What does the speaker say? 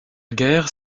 guerre